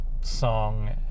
song